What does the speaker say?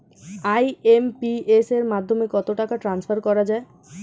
IMPS এর মাধ্যমে কত টাকা ট্রান্সফার করা যায়?